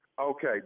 Okay